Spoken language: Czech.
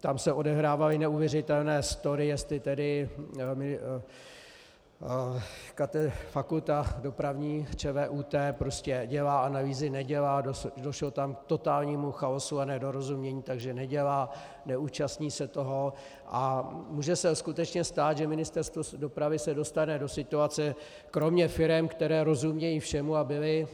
Tam se odehrávaly neuvěřitelné story, jestli tedy Fakulta dopravní ČVUT prostě dělá analýzy, nedělá, došlo tam k totálnímu chaosu a nedorozumění, takže nedělá, neúčastní se toho a může se skutečně stát, že Ministerstvo dopravy se dostane do situace kromě firem, které rozumějí všemu, a byly